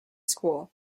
school